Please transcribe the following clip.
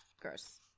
gross